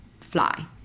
fly